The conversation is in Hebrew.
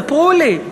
ספרו לי.